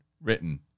written